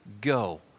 Go